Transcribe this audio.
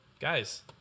Guys